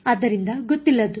ಆದ್ದರಿಂದ ಗೊತ್ತಿಲ್ಲದ್ದು